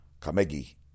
Kamegi